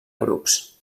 grups